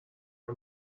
منم